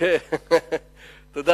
אתה יכול לענות במקומי?